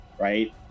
right